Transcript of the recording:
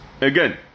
Again